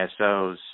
ISOs